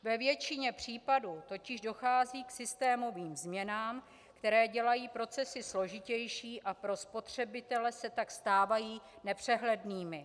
Ve většině případů totiž dochází k systémovým změnám, které dělají procesy složitější, a pro spotřebitele se tak stávají nepřehlednými.